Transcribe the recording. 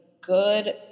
good